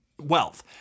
wealth